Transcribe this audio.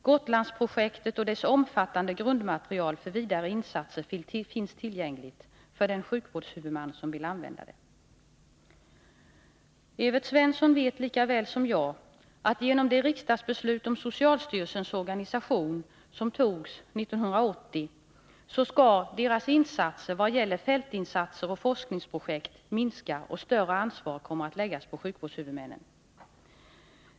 Gotlandsprojektet och dess omfattande grundmaterial för vidare insatser finns tillgängligt för den sjukvårdshuvudman som vill använda det. Evert Svensson vet lika väl som jag att genom riksdagsbeslutet om socialstyrelsens organisation som togs 1980, så skall dess insatser när det gäller fältarbetet och forskningsprojekt minska och större ansvar komma att läggas på sjukvårdshuvudmännen.